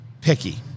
picky